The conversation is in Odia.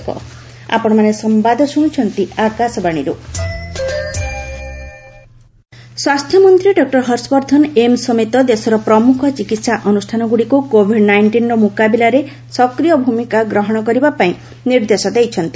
ହେଲ୍ଥ ମିନିଷ୍ଟର ମେଜର୍ସ ସ୍ୱାସ୍ଥ୍ୟମନ୍ତ୍ରୀ ଡକୁର ହର୍ଷବର୍ଦ୍ଧନ ଏମ୍ସ ସମେତ ଦେଶର ପ୍ରମୁଖ ଚିକିତ୍ସା ଅନୁଷ୍ଠାନଗୁଡ଼ିକୁ କୋଭିଡ୍ ନାଇଷ୍ଟିନ୍ର ମୁକାବିଲାରେ ସକ୍ରିୟ ଭୂମିକା ଗ୍ରହଣ କରିବା ପାଇଁ ନିର୍ଦ୍ଦେଶ ଦେଇଛନ୍ତି